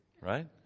right